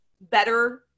better